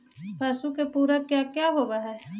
पशु के पुरक क्या क्या होता हो?